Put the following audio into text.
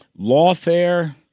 lawfare